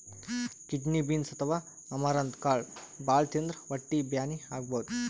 kidney beans ಅಥವಾ amaranth ಕಾಳ್ ಭಾಳ್ ತಿಂದ್ರ್ ಹೊಟ್ಟಿ ಬ್ಯಾನಿ ಆಗಬಹುದ್